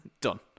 Done